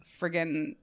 friggin